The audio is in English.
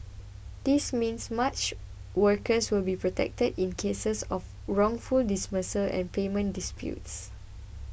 this means much workers will be protected in cases of wrongful dismissals and payment disputes